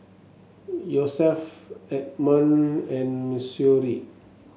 Yosef Edmon and Missouri